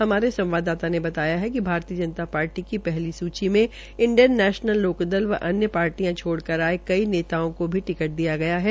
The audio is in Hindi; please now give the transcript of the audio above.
हमारे संवाददाता ने बताया है कि भारतीय जनता पार्टी की पहली सूची में इंडियन नैशनल लोकदल व अन्य पार्टियां छोड़र आये कई नेताओं को भी टिकट दिया गया है